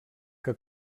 que